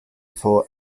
for